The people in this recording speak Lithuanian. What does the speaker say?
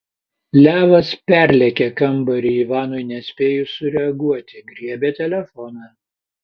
levas perlėkė kambarį ivanui nespėjus sureaguoti griebė telefoną